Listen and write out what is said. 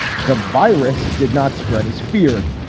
the virus did not spread as feared.